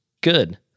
good